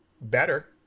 better